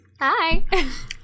Hi